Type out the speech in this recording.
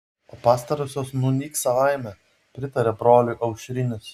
o pastarosios nunyks savaime pritarė broliui aušrinis